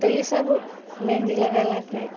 तऽ ई सब मेहन्दी लगेलाके